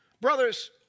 brothers